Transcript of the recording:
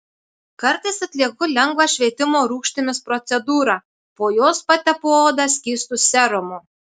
kartais atlieku lengvą šveitimo rūgštimis procedūrą po jos patepu odą skystu serumu